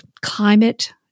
climate